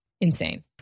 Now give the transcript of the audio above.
Insane